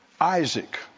Isaac